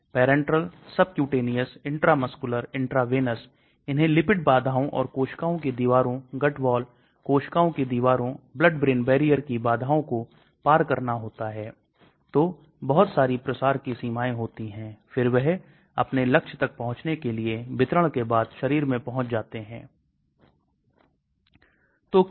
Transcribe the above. घुलनशीलता अवशोषण plasma protein binding उपापचय निकासी वितरण की मात्रा एंजाइम बाइंडिंग पित्त और गुर्दे से निकासी केंद्रीय तंत्रिका तंत्र में प्रवेश ऊतकों में भंडारण बायोअवेलेबिलिटी विषाक्तता